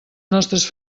nostres